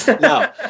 No